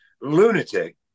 lunatic